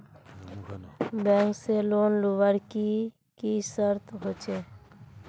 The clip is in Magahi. बैंक से लोन लुबार की की शर्त होचए?